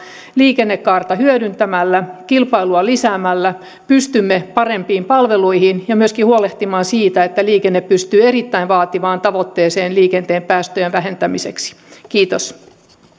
liikennekaarta hyödyntämällä kilpailua lisäämällä näin pystymme parempiin palveluihin ja myöskin huolehtimaan siitä että liikenne pystyy erittäin vaativaan tavoitteeseen liikenteen päästöjen vähentämiseksi kiitos jatkamme